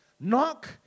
Knock